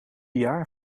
jaar